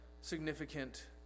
significant